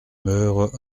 meures